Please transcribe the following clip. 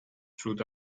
through